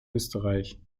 österreich